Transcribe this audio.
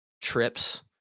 trips